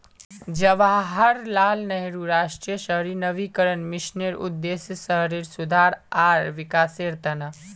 जवाहरलाल नेहरू राष्ट्रीय शहरी नवीकरण मिशनेर उद्देश्य शहरेर सुधार आर विकासेर त न